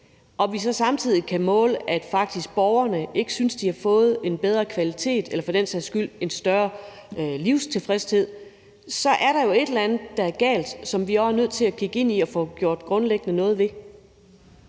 og vi så samtidig kan måle, at borgerne faktisk ikke synes, de har fået en bedre kvalitet eller for den sags skyld en større livstilfredshed, er der jo et eller andet, der er galt, og som vi også er nødt til at kigge ind i grundlæggende at få